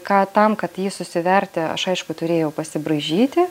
ką tam kad jį susiverti aš aišku turėjau pasibraižyti